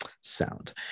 sound